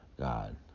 god